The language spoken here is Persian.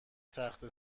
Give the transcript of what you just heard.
تخته